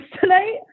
tonight